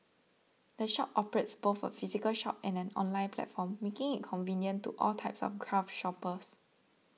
the shop operates both a physical shop and an online platform making it convenient to all types of craft shoppers